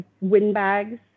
windbags